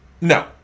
No